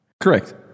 correct